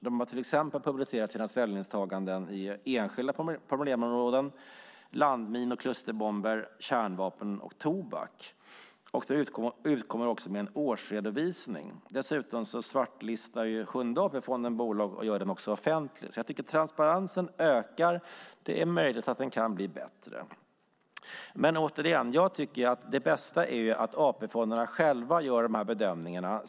Det har till exempel publicerat sina ställningstaganden på enskilda problemområden, landminor, klusterbomber, kärnvapen och tobak. Det utkommer också med en årsredovisning. Dessutom svartlistar Sjunde AP-fonden bolag och gör listan offentlig. Transparensen ökar, och det är möjligt att den kan bli bättre. Det bästa är att AP-fonderna själva gör bedömningarna.